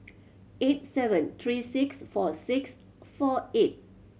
eight seven three six four six four eight